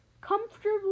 comfortably